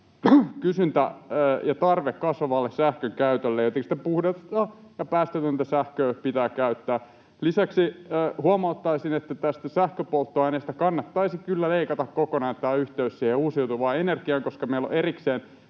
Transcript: kysyntä ja tarve kasvavalle sähkönkäytölle, ja tietysti puhdasta ja päästötöntä sähköä pitää käyttää. Lisäksi huomauttaisin, että tästä sähköpolttoaineesta kannattaisi kyllä leikata kokonaan tämä yhteys siihen uusiutuvaan energiaan, koska meillä on erikseen